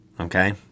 Okay